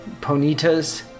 ponitas